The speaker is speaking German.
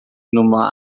nummer